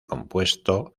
compuesto